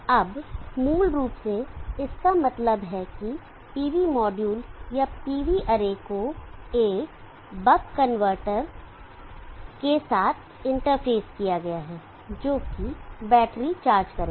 अब मूल रूप से इसका मतलब है कि PV मॉड्यूल या PV अरे को एक बक कनवर्टर के साथ इंटरफेस्ड किया है जो बैटरी चार्ज करेगा